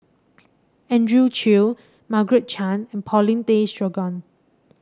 Andrew Chew Margaret Chan and Paulin Tay Straughan